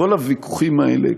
כל הוויכוחים האלה,